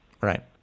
Right